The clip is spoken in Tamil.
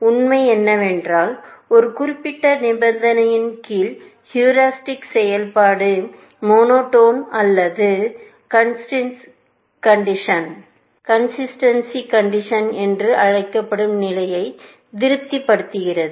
உண்மை என்னவென்றால் ஒரு குறிப்பிட்ட நிபந்தனையின் கீழ் ஹீரிஸ்டிக் செயல்பாடு மோனோடான் அல்லது கன்சிஸ்டன்ஸி கண்டிஷன் என்று அழைக்கப்படும் நிலையை திருப்தி படுத்துகிறது